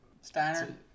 Steiner